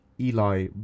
Eli